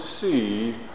see